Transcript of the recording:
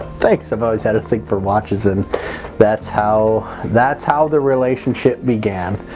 thanks, i've always had a thing for watches. and that's how that's how the relationship began.